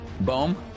Boom